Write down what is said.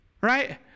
right